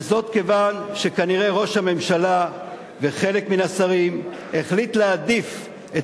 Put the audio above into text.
וזאת כיוון שכנראה ראש הממשלה וחלק מן השרים החליטו להעדיף את